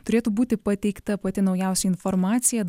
turėtų būti pateikta pati naujausia informacija